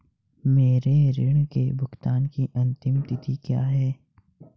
मेरे ऋण के भुगतान की अंतिम तिथि क्या है?